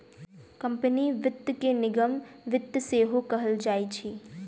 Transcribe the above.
company वित्त के निगम वित्त सेहो कहल जाइत अछि